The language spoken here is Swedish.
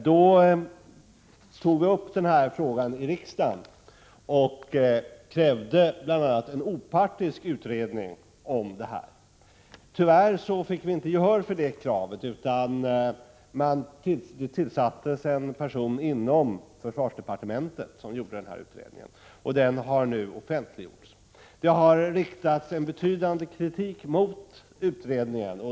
Då, för två år sedan, tog jag upp denna fråga i riksdagen och krävde bl.a. en opartisk utredning. Tyvärr fick jag inte gehör för detta krav, utan en person inom försvarsdepartementet fick göra denna utredning. Den har nu offentliggjorts. Betydande kritik har riktats mot utredningen.